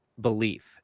belief